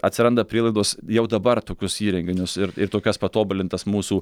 atsiranda prielaidos jau dabar tokius įrenginius ir ir tokias patobulintas mūsų